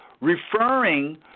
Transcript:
referring